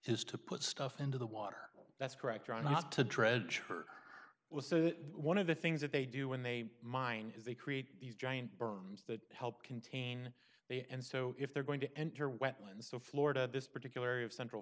is to put stuff into the water that's correct try not to dredge her was so one of the things that they do when they mine is they create these giant berms that help contain they and so if they're going to enter wetlands so florida this particular area of central